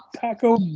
taco